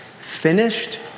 finished